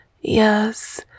yes